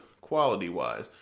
quality-wise